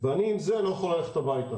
ואני עם זה לא יכול ללכת הביתה.